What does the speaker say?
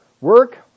work